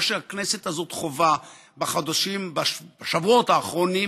מה שהכנסת הזאת חווה בשבועות האחרונים